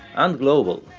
and global,